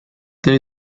there